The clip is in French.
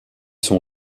sont